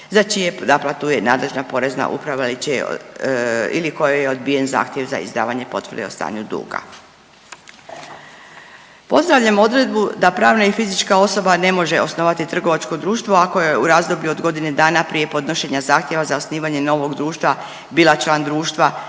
za čiju naplatu je nadležna Porezna uprava ili kojoj je odbijen zahtjev za izdavanje potvrde o stanju duga. Pozdravljam odredbu da pravna i fizička osoba ne može osnovati trgovačko društvo ako je u razdoblju od godine dana prije podnošenja zahtjeva za osnivanje novog društva bila član društva